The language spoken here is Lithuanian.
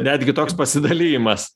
netgi toks pasidalijimas